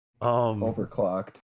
Overclocked